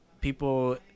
people